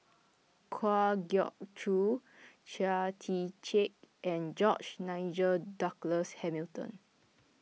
Kwa Geok Choo Chia Tee Chiak and George Nigel Douglas Hamilton